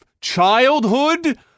childhood